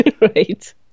Right